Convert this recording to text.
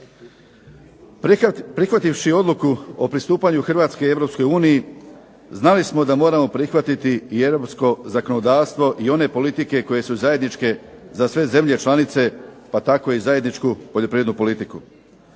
Prihvativši Odluku o pristupanju Hrvatske Europskoj uniji znali smo da moramo prihvatiti i europsko zakonodavstvo i one politike koje su zajedničke za sve zemlje članice pa tako i zajedničku poljoprivrednu politiku.